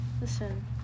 Listen